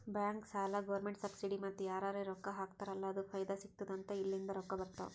bank, ಸಾಲ, government subsidy ಮತ್ತ ಯಾರರೇ ರೊಕ್ಕಾ ಹಾಕ್ತಾರ್ ಅಲ್ಲ ಫೈದಾ ಸಿಗತ್ತುದ್ ಅಂತ ಇಲ್ಲಿಂದ್ ರೊಕ್ಕಾ ಬರ್ತಾವ್